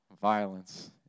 violence